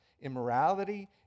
immorality